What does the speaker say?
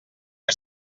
que